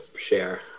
share